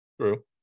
true